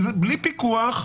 בלי פיקוח,